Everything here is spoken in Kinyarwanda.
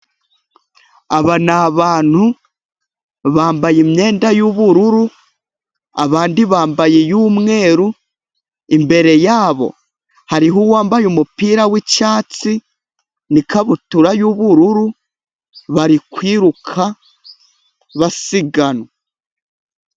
Aba ni abantu bambaye imyenda y'ubururu abandi bambaye iy'umweru, imbere yabo hariho uwambaye umupira w'icyatsi n'ikabutura y'ubururu bari kwiruka basiganwa.